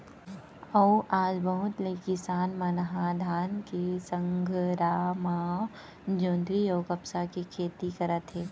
अउ आज बहुत ले किसान मन ह धान के संघरा म जोंधरी अउ कपसा के खेती करत हे